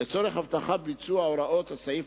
לצורך הבטחת ביצוע הוראות הסעיף,